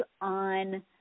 on